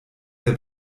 der